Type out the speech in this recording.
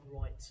right